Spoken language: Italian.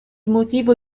motivo